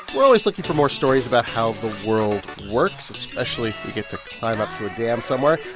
we're always looking for more stories about how the world works, especially you get to climb up to a dam somewhere.